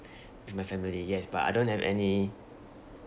with my family yes but I don't have any